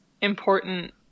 important